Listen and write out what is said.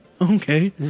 Okay